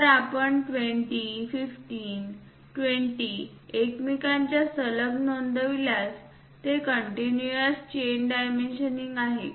जर आपण 20 15 20 एकमेकांच्या सलग नोंदविल्यास हे कंटीन्यूअस चेन डायमेन्शनिंग आहे